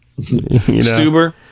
Stuber